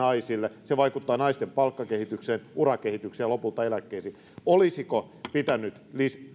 naisille se vaikuttaa naisten palkkakehitykseen urakehitykseen ja lopulta eläkkeisiin niin mikä teidän näkemyksenne on olisiko pitänyt